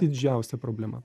didžiausia problema